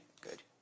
good